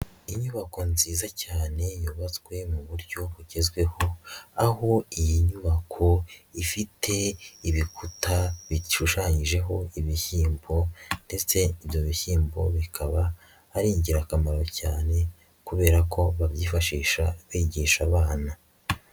Inyubako nziza cyane yubatswe mu buryo bugezweho, aho iyi nyubako ifite ibikuta bishushanyijeho ibihyimbo ndetse ibyo bishyimbo bikaba ari ingirakamaro cyane kubera ko babyifashisha bigisha abana.